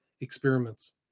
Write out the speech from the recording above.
experiments